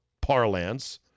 parlance